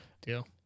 deal